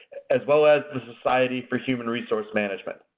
as well as the society for human resource management.